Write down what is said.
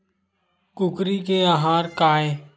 कुकरी के आहार काय?